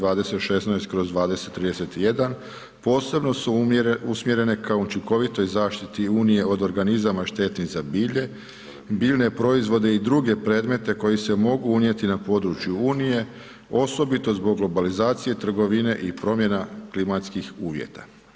2031 posebno su usmjerene ka učinkovitoj zaštiti unije od organizama štetim za bilje, biljne proizvode i druge predmete koji se mogu unijeti na području unije osobito zbog globalizacije trgovine i promjena klimatskih uvjeta.